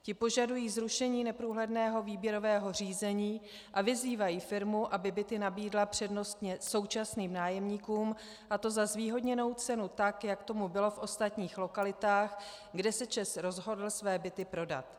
Ti požadují zrušení neprůhledného výběrového řízení a vyzývají firmu, aby byty nabídla přednostně současným nájemníkům, a to za zvýhodněnou cenu, tak jak tomu bylo v ostatních lokalitách, kde se ČEZ rozhodl své byty prodat.